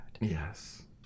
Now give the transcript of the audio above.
Yes